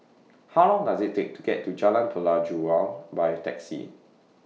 How Long Does IT Take to get to Jalan Pelajau By Taxi